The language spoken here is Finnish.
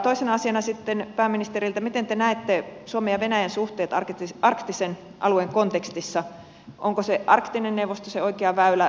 toisena asiana sitten pääministeriltä miten te näette suomen ja venäjän suhteet arktisen alueen kontekstissa onko arktinen neuvosto se oikea väylä hoitaa